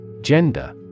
Gender